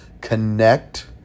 Connect